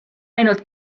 ainult